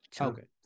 Okay